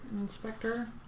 inspector